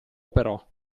però